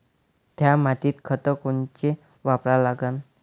थ्या मातीत खतं कोनचे वापरा लागन?